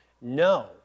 No